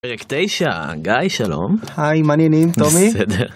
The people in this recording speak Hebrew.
פרק תשע. גיא שלום. היי, מה העניינים, טומי.